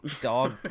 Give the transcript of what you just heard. Dog